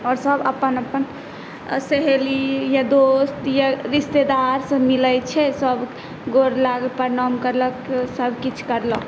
आओर सभ अपन अपन सहेली दोस्त या रिस्तेदारसँ मिलै गौर लगलैक प्रणाम करलक सभ किछकारलक